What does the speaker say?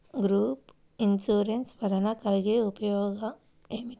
Group insurance వలన కలిగే ఉపయోగమేమిటీ?